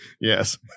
Yes